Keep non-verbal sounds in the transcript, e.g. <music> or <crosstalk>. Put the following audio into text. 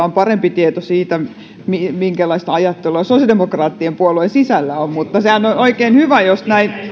<unintelligible> on parempi tieto siitä minkälaista ajattelua sosiaalidemokraattien puolueen sisällä on mutta sehän on oikein hyvä jos näin